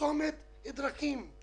לצומת דרכים.